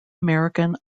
american